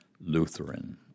Lutheran